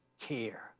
care